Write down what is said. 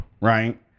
right